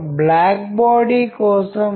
Sherlock Holmes కథలో లాగా